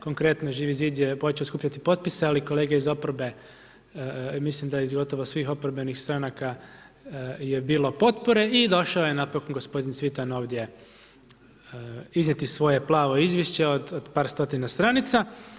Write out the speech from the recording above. Konkretno Živi zid je počeo skupljati potpise, ali kolege iz oporbe, mislim da iz gotovo svih oporbenih stranaka je bilo potpore i došao je napokon gospodin Cvitan ovdje iznijeti svoje plavo izvješće od par stotina stranica.